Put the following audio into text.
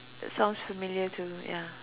that sounds familiar to ya